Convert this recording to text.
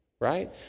right